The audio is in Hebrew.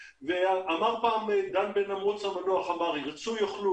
אמר פעם דן בן אמוץ המנוח: "ירצו יאכלו,